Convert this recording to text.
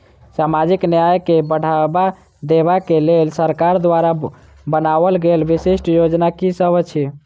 सामाजिक न्याय केँ बढ़ाबा देबा केँ लेल सरकार द्वारा बनावल गेल विशिष्ट योजना की सब अछि?